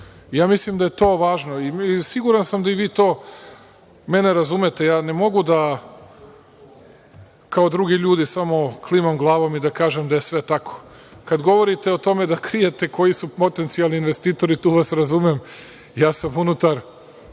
Mislim, da je to važno i siguran sam da i vi to mene razumete, ja ne mogu da kao drugi ljudi samo klimam glavom i da kažem da je sve tako. Kada govorite o tome da krijete koji su potencijalni investitori, tu vas razumem, ja sam unutar